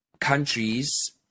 countries